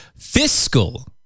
fiscal